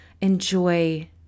enjoy